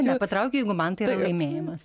nepatraukiu jeigu man tai yra laimėjimas